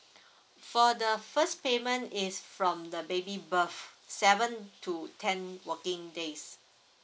for the first payment is from the baby birth seven to ten working days